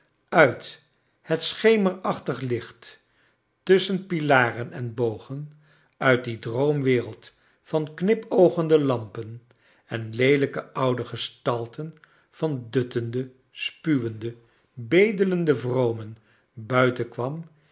uit het schemerachtig licht tusschen pilaren en bogen uit die droomwereld van knipoogende lampen en leelijke oude gestalten van duttende spuwende bedelende vromen buiten